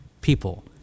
people